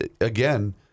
again